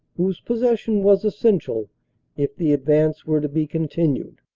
whose possession was essential if the advance were to be continued.